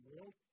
world